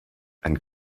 and